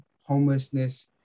homelessness